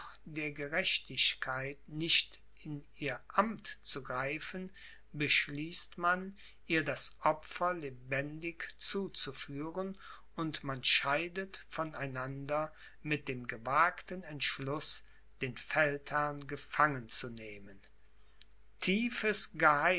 der gerechtigkeit nicht in ihr amt zu greifen beschließt man ihr das opfer lebendig zuzuführen und man scheidet von einander mit dem gewagten entschluß den feldherrn gefangen zu nehmen tiefes